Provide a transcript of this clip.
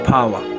Power